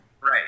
Right